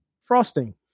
Frosting